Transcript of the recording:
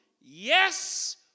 yes